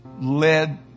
led